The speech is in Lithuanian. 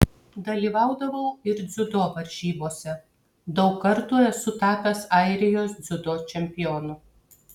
dalyvaudavau ir dziudo varžybose daug kartų esu tapęs airijos dziudo čempionu